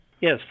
Yes